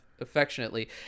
affectionately